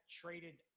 traded